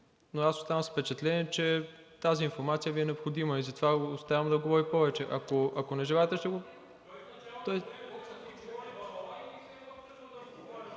но останах с впечатление, че тази информация Ви е необходима и затова го оставям да говори повече. Ако не желаете, ще го...